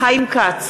חיים כץ,